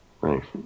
Thanks